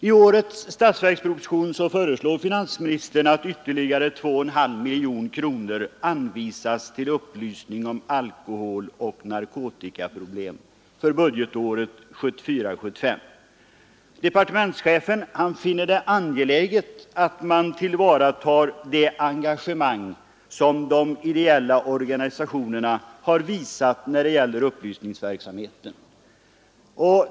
I årets statsverksproposition föreslår finansministern att ytterligare 2,5 miljoner kronor anvisas till upplysning om alkoholoch narkotikaproblem för budgetåret 1974/75. Departementschefen finner det angeläget att man tillvaratar de engagemang som de ideella organisationerna visat när det gäller upplysningsverksamheten.